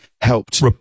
helped